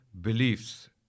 beliefs